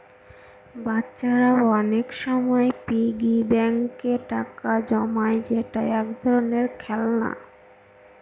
বাচ্চারা অনেক সময় পিগি ব্যাঙ্কে টাকা জমায় যেটা এক ধরনের খেলনা